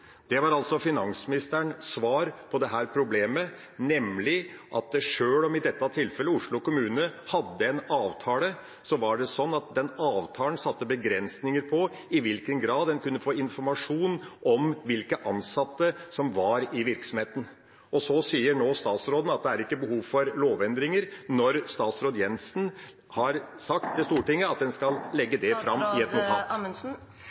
Det var altså finansministerens svar på dette problemet, nemlig at sjøl om – i dette tilfellet – Oslo kommune hadde en avtale, var det sånn at den avtalen satte begrensninger for i hvilken grad en kunne få informasjon om hvilke ansatte som var i virksomheten. Og så sier statsråden nå at det er ikke behov for lovendringer – når statsråd Jensen har sagt til Stortinget at en skal legge det fram i et